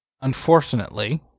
Unfortunately